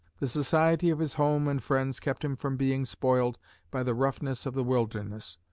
the society of his home and friends kept him from being spoiled by the roughness of the wilderness.